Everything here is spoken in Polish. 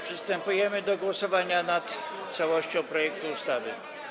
Przystępujemy do głosowania nad całością projektu ustawy.